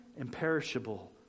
Imperishable